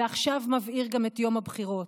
ועכשיו מבעיר גם את יום הבחירות.